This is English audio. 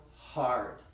hard